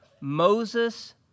Moses